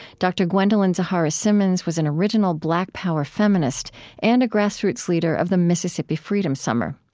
dr. gwendolyn zoharah simmons was an original black power feminist and a grassroots leader of the mississippi freedom summer.